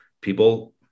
People